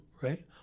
right